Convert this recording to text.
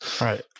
right